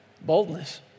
Boldness